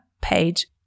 page